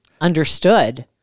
understood